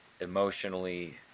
emotionally